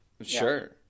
Sure